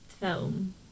film